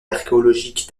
archéologique